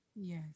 Yes